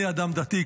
אני אדם דתי,